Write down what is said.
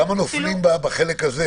כמה נופלים בחלק הזה?